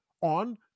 on